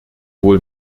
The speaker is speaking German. wohl